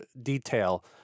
detail